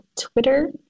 Twitter